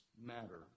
matter